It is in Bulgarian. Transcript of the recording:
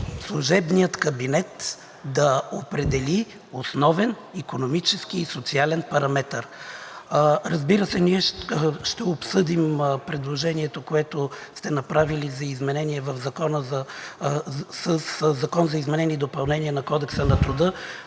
служебният кабинет да определи основен икономически и социален параметър. Разбира се, ние ще обсъдим предложението, което сте направили за изменение със Законопроекта за изменение и допълнение на Кодекса на труда,